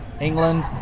England